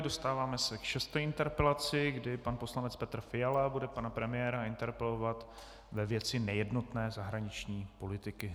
Dostáváme se k šesté interpelaci, kdy pan poslanec Petr Fiala bude pana premiéra interpelovat ve věci nejednotné zahraniční politiky.